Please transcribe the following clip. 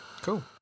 Cool